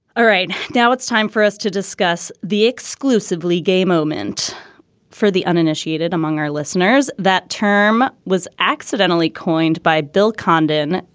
all right. now it's time for us to discuss the exclusively gay moment for the uninitiated among our listeners. that term was accidentally coined by bill condon,